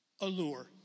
allure